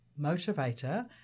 motivator